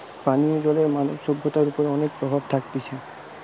পানীয় জলের মানব সভ্যতার ওপর অনেক প্রভাব থাকতিছে